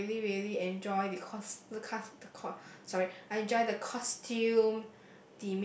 I really really enjoy because the custom sorry I enjoy the costume